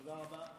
תודה רבה.